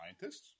Scientists